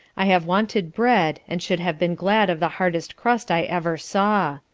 i have wanted bread, and should have been glad of the hardest crust i ever saw.